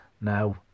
now